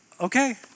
Okay